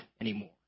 anymore